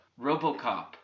Robocop